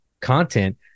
content